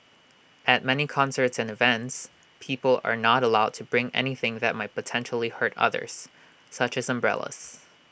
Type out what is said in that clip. at many concerts and events people are not allowed to bring anything that might potentially hurt others such as umbrellas